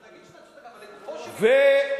אז נגיד שאתה צודק, אבל לגופו של עניין,